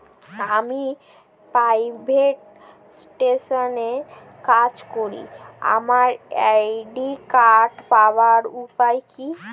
আমি প্রাইভেট সেক্টরে কাজ করি আমার ক্রেডিট কার্ড পাওয়ার উপায় কি?